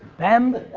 them.